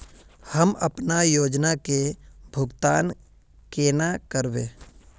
हम अपना योजना के भुगतान केना करबे?